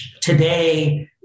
today